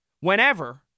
whenever